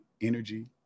energy